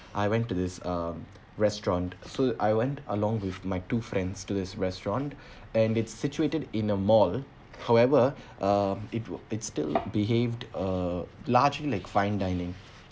I went to this um restaurant so I went along with my two friends to this restaurant and it's situated in a mall however um it wa~ it still behaved uh largely like fine dining